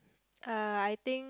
uh I think